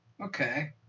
Okay